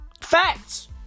Facts